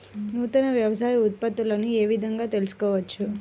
నూతన వ్యవసాయ ఉత్పత్తులను ఏ విధంగా తెలుసుకోవచ్చు?